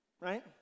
Right